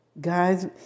guys